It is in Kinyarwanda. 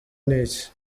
n’iki